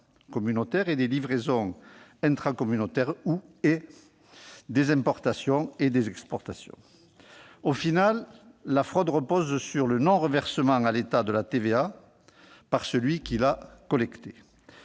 intracommunautaires et des livraisons intracommunautaires et/ou des importations et des exportations. Finalement, la fraude repose sur le non-reversement à l'État de la TVA par celui qui l'a collectée,